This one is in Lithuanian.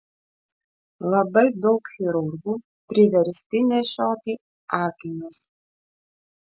labai daug chirurgų priversti nešioti akinius